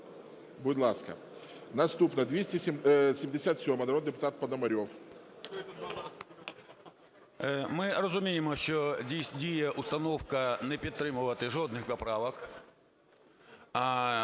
Ми розуміємо, що діє установка не підтримувати жодних поправок.